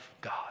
God